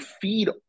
feed